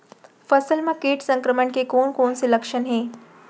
फसल म किट संक्रमण के कोन कोन से लक्षण हे?